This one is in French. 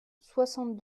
soixante